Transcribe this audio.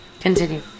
continue